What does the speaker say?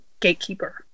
gatekeeper